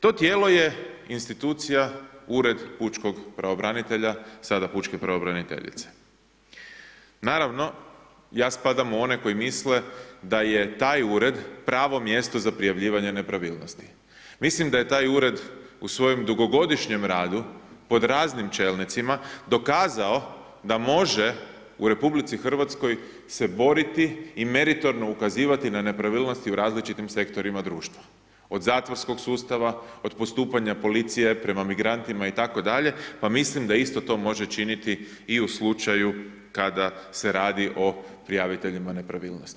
To tijelo je institucija Ured pučkog pravobranitelja sada pučke pravobraniteljice, naravno ja spadam u one koji misle da je taj ured pravo mjesto za prijavljivanje nepravilnosti, mislim da je taj ured u svojem dugogodišnjem radu pod raznim čelnicima dokazao da može u RH se boriti i meritorno ukazivati na nepravilnosti u različitim sektorima društva, od zatvorskog sustava, od postupanja policije prema migrantima itd., pa mislim da isto to može činiti i u slučaju kada se radi o prijaviteljima nepravilnosti.